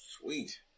Sweet